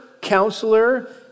counselor